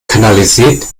kanalisiert